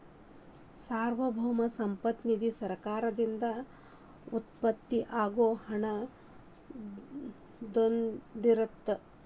ಸಾರ್ವಭೌಮ ಸಂಪತ್ತ ನಿಧಿ ಸರ್ಕಾರದಿಂದ ಉತ್ಪತ್ತಿ ಆಗೋ ಹಣನ ಹೊಂದಿರತ್ತ